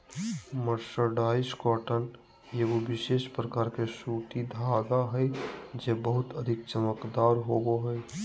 mercerised cotton एगो विशेष प्रकार के सूती धागा हय जे बहुते अधिक चमकदार होवो हय